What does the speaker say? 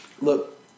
Look